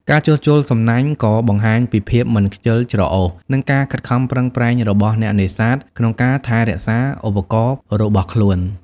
ការជួសជុលសំណាញ់ក៏បង្ហាញពីភាពមិនខ្ជិលច្រអូស និងការខិតខំប្រឹងប្រែងរបស់អ្នកនេសាទក្នុងការថែរក្សាឧបករណ៍របស់ខ្លួន។